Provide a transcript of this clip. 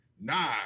nah